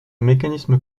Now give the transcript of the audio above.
mécanisme